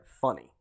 funny